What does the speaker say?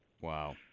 Wow